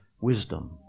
wisdom